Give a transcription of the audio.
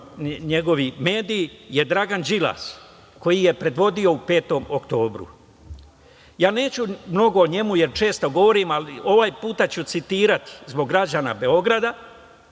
njegovi mediji, Dragan Đilas, koji je predvodio 5. oktobra. Ja neću mnogo o njemu, jer često govorim, ali ovog puta ću citirati zbog građana Beograda